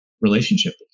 relationship